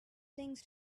things